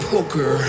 Poker